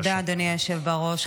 תודה, אדוני היושב בראש.